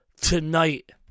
tonight